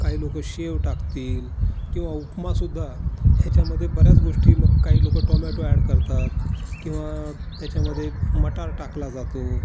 काही लोक शेव टाकतील किंवा उपमा सुद्धा ह्याच्यामध्ये बऱ्याच गोष्टी मग काही लोक टोमॅटो अॅड करतात किंवा त्याच्यामध्ये मटार टाकला जातो